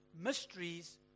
Mysteries